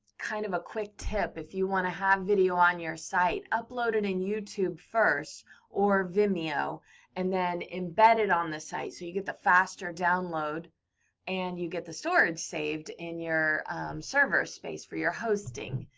kind of a quick tip. if you want to have video on your site, upload it in youtube first or vimeo and then, embed it on the site. so you get the faster download and you get the storage saved in your server space for your hosting.